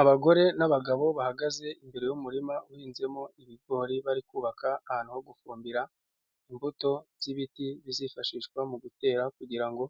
Abagore n'abagabo bahagaze imbere y'umurima uhinzemo ibigori, bari kubaka ahantu ho gufumbira imbuto z'ibiti bizifashishwa mu gutera kugira ngo